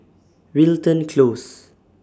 Wilton Close